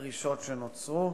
הדרישות שנוצרו.